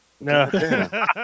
No